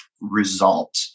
result